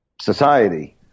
society